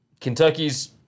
Kentucky's